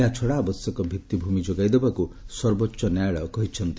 ଏହାଛଡ଼ା ଆବଶ୍ୟକ ଭିତ୍ତିଭୂମି ଯୋଗାଇ ଦେବାକୁ ସର୍ବୋଚ୍ଚ ନ୍ୟାୟାଳୟ କହିଛନ୍ତି